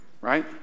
Right